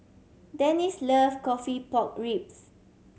Denise love coffee pork ribs